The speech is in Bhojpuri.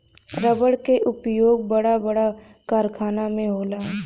रबड़ क उपयोग बड़ा बड़ा कारखाना में होला